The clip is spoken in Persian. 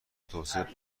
توسعه